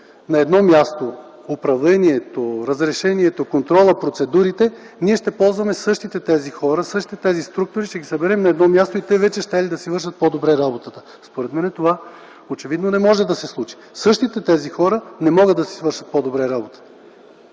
на едно място управлението, разрешението, контрола и процедурите, ние ще ползваме същите тези хора. Ще съберем на едно място всичките тези структури и те щели да си вършат по-добре работата. Според мен това очевидно не може да се случи. Същите тези хора не могат да свършат по-добре работата.